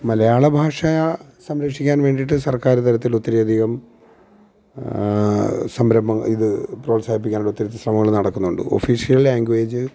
മലയാള ഭാഷ സംരക്ഷിക്കാൻ വേണ്ടിയിട്ട് സർക്കാർ തലത്തിൽ ഒത്തിരിയധികം സംരംഭം ഇത് പ്രോത്സാഹിപ്പിക്കാൻ ഒത്തിരി ശ്രമങ്ങള് നടക്കുന്നുണ്ട് ഒഫിഷ്യൽ ലാങ്ങ്വേജ്